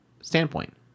standpoint